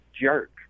jerk